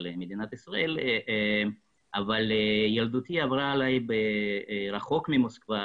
מדינת ישראל אבל ילדותי עברה עלי רחוק ממוסקבה,